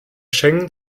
schengen